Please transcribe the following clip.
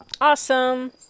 awesome